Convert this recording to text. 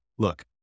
look